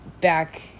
back